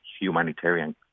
humanitarian